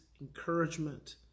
encouragement